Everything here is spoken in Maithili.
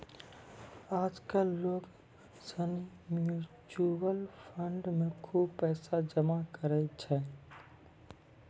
आज कल लोग सनी म्यूचुअल फंड मे खुब पैसा जमा करै छै